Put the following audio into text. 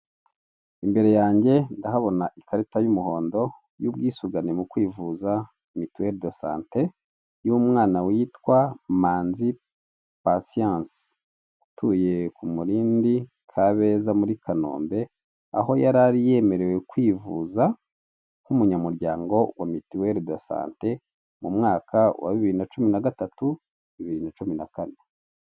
Imbere yanjye ndahabona ikarita y'umuhondo y'ubwisungane mu kwivuza, mitiweri dosante y'umwana witwa Manzi Pasiyanse. Utuye ku Murindi, Kabeza muri Kanombe, aho yarari yemerewe kwivuza nk'umunyamuryango wa mitiweri dosante mu mwaka wa bibiri na cumi na gatatu, bibiri na cumi na kane.